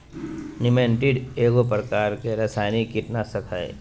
निमेंटीड एगो प्रकार के रासायनिक कीटनाशक हइ